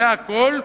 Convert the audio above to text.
זה הכול,